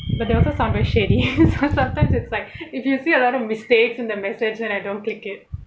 but there are also some very shady sometimes it's like if you see a lot of mistakes in their message and I don't click it